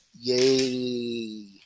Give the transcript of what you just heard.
Yay